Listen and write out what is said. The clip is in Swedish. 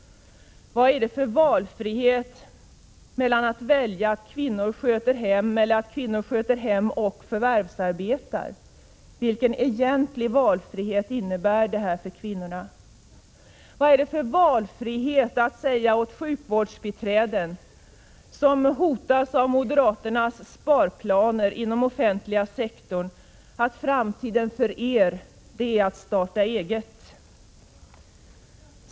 Vad är det för valfrihet att välja mellan att kvinnor sköter hem och att kvinnor sköter både hem och förvärvsarbete? Vilken egentlig valfrihet innebär det för kvinnorna? Vad är det för valfrihet när man säger åt sjukvårdsbiträdena, som hotas av moderaternas sparplaner inom den offentliga sektorn: Framtiden för er är att starta eget?